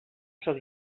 sóc